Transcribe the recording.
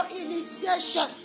initiation